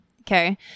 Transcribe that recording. Okay